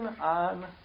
on